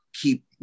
keep